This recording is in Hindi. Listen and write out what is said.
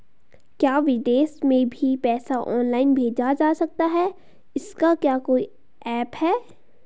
क्या विदेश में भी पैसा ऑनलाइन भेजा जा सकता है इसका क्या कोई ऐप है?